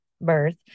birth